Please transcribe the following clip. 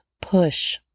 push